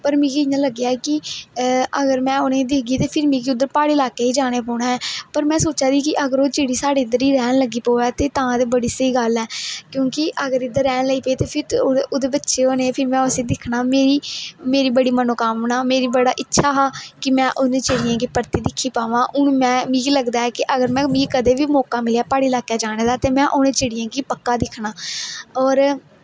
पर मिगी इयां लग्गेआ कि अगर में उनेंगी दिखगी ते फिर मिगी उद्धर प्हाड़ी ल्हाके च जाना पौना पर में सोचा दी कि अगर ओह् चिड़ी साढ़ै इद्धर ई लग्गी पवे ते तां ते बड़ी स्हेई गल्ल ऐ क्योंकि अगर इद्धर रैहन लेई पेई ते फिर ओहदे बच्चे होने फिर में उसी दिक्खना मेरी बड़ी मनो कामना मेरा बड़ी इच्छा ही कि में उंहे चिडियें गी परतियै दिक्खी पावां हून में मिगी लगदा कि अगर में मि कंदे बी मौका मिलेआ प्हाड़ी इलाके जाने दा ते में उनें चिडियें गी पक्का दिक्खना और